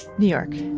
new york,